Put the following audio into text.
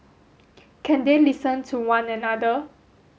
can they listen to one another